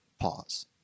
pause